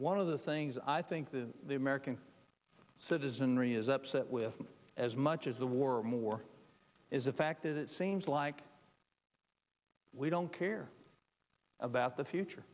one of the things i think the american citizenry is upset with as much as the war or more is the fact that it seems like we don't care about the future